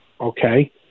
okay